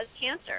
cancer